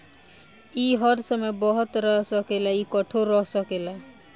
ई हर समय बहत रह सकेला, इकट्ठो रह सकेला